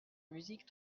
musique